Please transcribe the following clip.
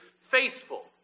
faithful